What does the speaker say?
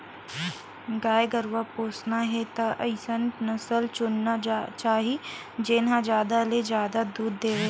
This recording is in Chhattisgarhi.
गाय गरूवा पोसना हे त अइसन नसल चुनना चाही जेन ह जादा ले जादा दूद देथे